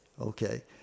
okay